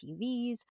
TVs